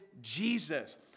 Jesus